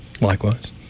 likewise